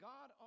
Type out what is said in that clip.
God